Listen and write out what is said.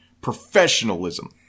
Professionalism